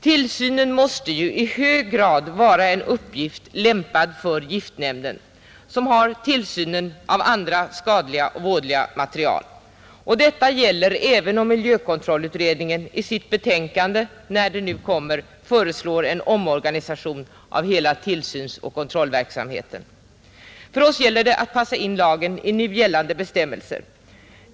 Tillsynen måste ju i hög grad vara en uppgift lämpad för giftnämnden som har tillsynen av andra skadliga, vådliga material, och detta gäller även om miljökontrollutredningen i sitt betänkande, när det nu kommer, föreslår en omorganisation av hela tillsynsoch kontrollverksamheten. För oss gäller det att passa in lagen i nu gällande bestämmelser.